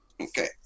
Okay